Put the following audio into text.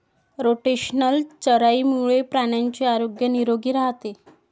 rotational चराईमुळे प्राण्यांचे आरोग्य निरोगी राहते